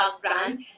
brand